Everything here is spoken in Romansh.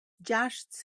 giasts